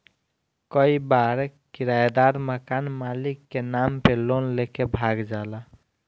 कई बार किरायदार मकान मालिक के नाम पे लोन लेके भाग जाला